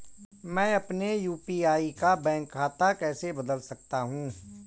मैं अपने यू.पी.आई का बैंक खाता कैसे बदल सकता हूँ?